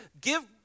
give